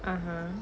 (uh huh)